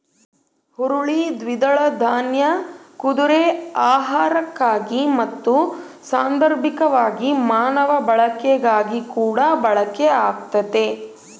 ಹುರುಳಿ ದ್ವಿದಳ ದಾನ್ಯ ಕುದುರೆ ಆಹಾರಕ್ಕಾಗಿ ಮತ್ತು ಸಾಂದರ್ಭಿಕವಾಗಿ ಮಾನವ ಬಳಕೆಗಾಗಿಕೂಡ ಬಳಕೆ ಆಗ್ತತೆ